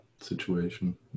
situation